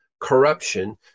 corruption